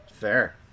Fair